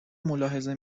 ملاحظه